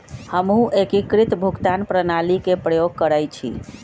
हमहु एकीकृत भुगतान प्रणाली के प्रयोग करइछि